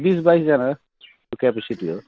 बिस बाइसजाना को क्यापसिटी हो